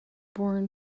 born